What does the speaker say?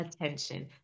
attention